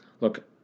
look